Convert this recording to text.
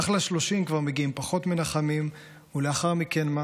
אך ל-30 כבר מגיעים פחות מנחמים, ולאחר מכן מה?